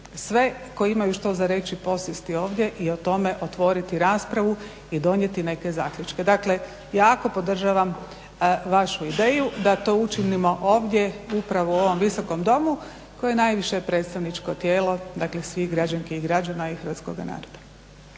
sve koji imaju što za reći posjesti ovdje i o tome otvoriti raspravu i donijeti neke zaključke. Dakle jako podražavam vašu ideju da to učinimo ovdje upravo u ovom Visokom domu koje je najviše predstavničko tijelo svih građanki i građana i hrvatskoga naroda.